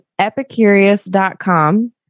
epicurious.com